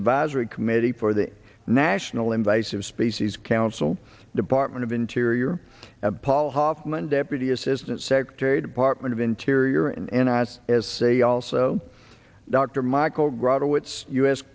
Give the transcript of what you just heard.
advisory committee for the national invasive species council department of interior and paul hoffman deputy assistant secretary department of interior and eyes as say also dr michael